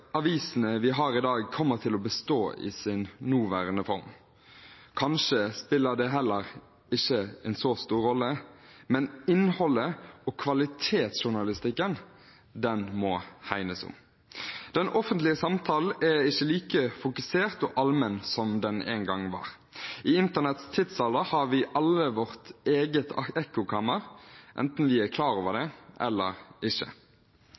avisene vi har i dag, kommer til å bestå i sin nåværende form, og kanskje spiller det heller ikke en så stor rolle, men innholdet og kvalitetsjournalistikken må det hegnes om. Den offentlige samtalen er ikke like fokusert og allmenn som den en gang var. I internetts tidsalder har vi alle vårt eget ekkokammer – enten vi er klar over det eller ikke.